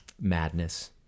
madness